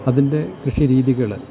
അതിൻ്റെ കൃഷി രീതികൾ